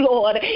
Lord